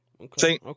Okay